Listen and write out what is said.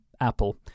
Apple